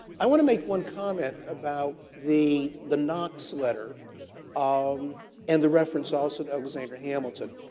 i want to make one comment about the the knox letter um and the reference also alexander hamilton.